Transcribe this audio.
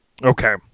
Okay